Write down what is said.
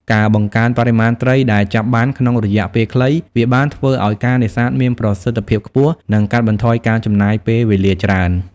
ការបង្កើនបរិមាណត្រីដែលចាប់បានក្នុងរយៈពេលខ្លី វាបានធ្វើឱ្យការនេសាទមានប្រសិទ្ធភាពខ្ពស់ និងកាត់បន្ថយការចំណាយពេលវេលាច្រើន។